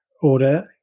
order